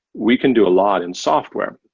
we can do a lot in software.